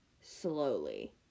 slowly